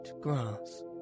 grass